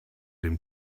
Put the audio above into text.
dem